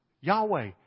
Yahweh